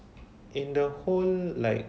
in the whole like